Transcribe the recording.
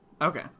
Okay